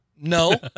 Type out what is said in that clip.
No